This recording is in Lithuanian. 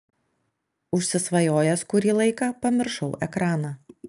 užsisvajojęs kurį laiką pamiršau ekraną